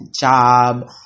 job